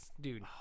dude